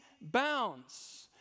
bounds